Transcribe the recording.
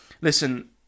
listen